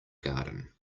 garden